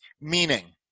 meaning